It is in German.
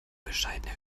bescheidene